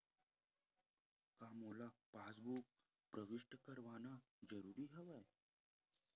का मोला पासबुक म प्रविष्ट करवाना ज़रूरी हवय?